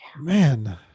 man